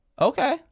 Okay